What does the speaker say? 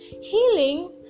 Healing